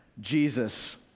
Jesus